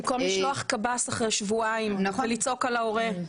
במקום לשלוח קב"ס אחרי שבועיים ולצעוק על ההורה.